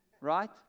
Right